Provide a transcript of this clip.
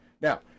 now